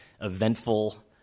eventful